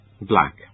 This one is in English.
black